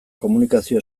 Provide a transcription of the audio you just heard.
komunikazio